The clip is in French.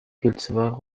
cultivars